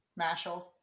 Mashal